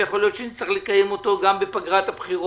ויכול להיות שנצטרך לקיימו גם בפגרת הבחירות.